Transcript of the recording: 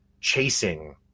chasing